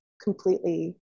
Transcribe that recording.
completely